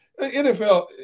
NFL